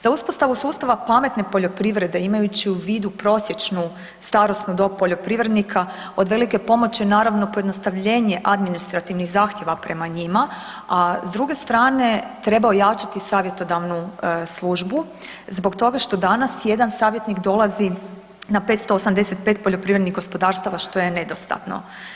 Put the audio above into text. Za uspostavu sustava pametne poljoprivrede, imajući u vidu prosječnu starosnu dob poljoprivrednika, od velike je pomoći naravno pojednostavljenje administrativnih zahtjeva prema njima a s druge strane, treba ojačati savjetodavnu službu zbog toga što danas jedan savjetnik dolazi na 585 poljoprivrednih gospodarstava, što je nedostatno.